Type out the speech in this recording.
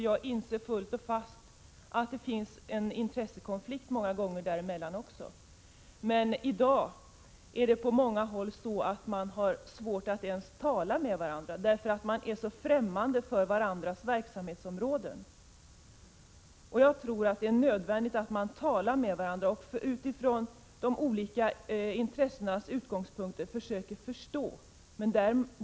Jag inser nämligen till fullo att det många gånger finns intressekonflikter mellan dem. Men i dag har representanterna för olika grupper på sina håll mycket svårt att ens tala med varandra. De är så främmande för varandras verksamhetsområden. Jag tror att det är nödvändigt att dessa grupper talar med varandra och försöker förstå varandra med utgångspunkt i de olika intresseområdena.